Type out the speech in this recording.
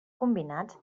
combinats